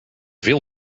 veel